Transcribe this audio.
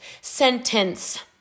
sentence